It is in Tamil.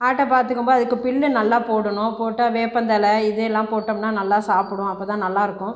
ஆட்டை பார்த்துக்கம் போ அதுக்கு புல்லு நல்லா போடணும் போட்ட வேப்பந்தல இதெல்லாம் போட்டோம்னா நல்லா சாப்பிடும் அப்போதான் நல்லாயிருக்கும்